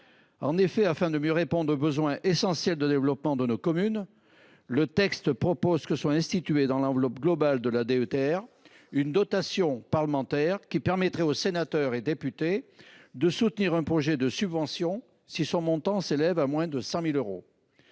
financement. Afin de mieux répondre aux besoins essentiels de développement de nos communes, il vise à créer, dans l’enveloppe globale de la DETR, une dotation parlementaire qui permettrait aux sénateurs et députés de soutenir un projet de subvention si son montant s’élève à moins de 100 000 euros.